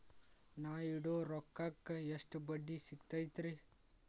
ನಾ ಇಡೋ ರೊಕ್ಕಕ್ ಎಷ್ಟ ಬಡ್ಡಿ ಸಿಕ್ತೈತ್ರಿ?